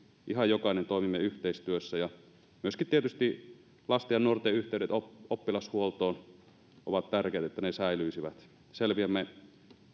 ihan jokainen toimimme yhteistyössä ja tietysti tärkeää on myöskin se että lasten ja nuorten yhteydet oppilashuoltoon säilyisivät selviämme